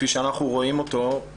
כפי שאנחנו רואים אותו,